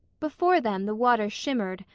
before them the water shimmered,